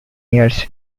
years